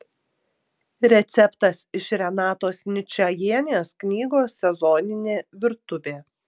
receptas iš renatos ničajienės knygos sezoninė virtuvė